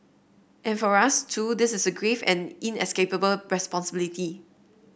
and for us too this is a grave and inescapable responsibility